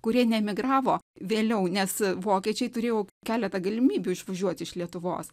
kurie nemigravo vėliau nes vokiečiai turėjo keletą galimybių išvažiuoti iš lietuvos